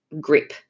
grip